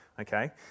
Okay